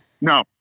no